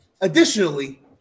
additionally